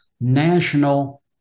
national